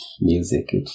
music